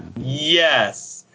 Yes